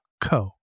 co